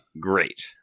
great